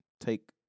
take